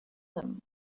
them